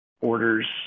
orders